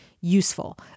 useful